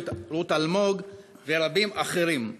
רות אלמוג ורבים אחרים,